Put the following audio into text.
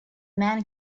man